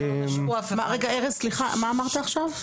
רגע ארז, סליחה, מה אמרת עכשיו?